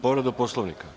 Povredu Poslovnika?